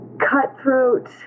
cutthroat